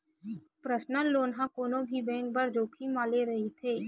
personal loan ह कोनो भी बेंक बर जोखिम वाले रहिथे